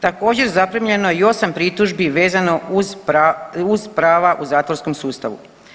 Također zaprimljeno je i 8 pritužbi vezano uz prava u zatvorskom sustavu.